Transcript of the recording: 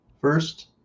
first